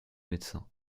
médecin